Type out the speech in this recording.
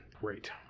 Great